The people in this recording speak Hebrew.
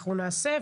אנחנו נעשה,